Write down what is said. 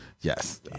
yes